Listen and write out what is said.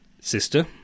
sister